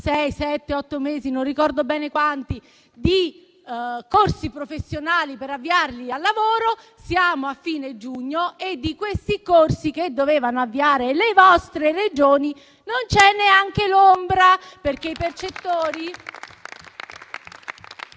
mesi (non ricordo bene quanti) di corsi professionali per avviarli al lavoro. Siamo a fine giugno e di questi corsi che dovevano avviare le vostre Regioni non c'è neanche l'ombra, perché i percettori